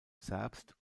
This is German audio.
zerbst